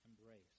embrace